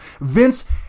Vince